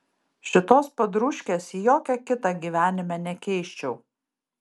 šitos padrūškės į jokią kitą gyvenime nekeisčiau